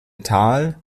tal